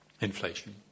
inflation